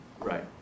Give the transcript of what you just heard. Right